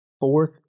Fourth